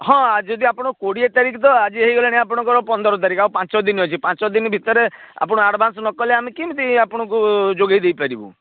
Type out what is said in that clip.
ହଁ ଆଜି ଯଦି ଆପଣ କୋଡ଼ିଏ ତାରିଖ ତ ଆଜି ହେଇଗଲାଣି ଆପଣଙ୍କର ପନ୍ଦର ତାରିଖ ଆଉ ପାଞ୍ଚଦିନ ଅଛି ପାଞ୍ଚଦିନ ଭିତରେ ଆପଣ ଆଡ଼ଭାନ୍ସ ନକଲେ ଆମେ କେମିତି ଆପଣଙ୍କୁ ଯୋଗାଇ ଦେଇପାରିବୁ